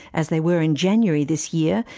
as they were in january this year,